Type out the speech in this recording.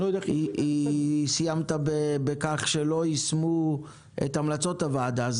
וסיימת בכך שלא יישמו את המלצות הוועדה.